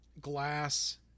Glass